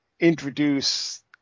introduce